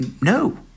No